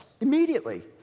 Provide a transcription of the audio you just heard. Immediately